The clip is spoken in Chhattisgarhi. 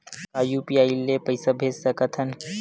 का यू.पी.आई ले पईसा भेज सकत हन?